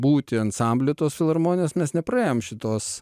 būti ansambly tos filharmonijos mes nepraėjom šitos